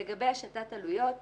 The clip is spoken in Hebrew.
לגבי השתת עלויות.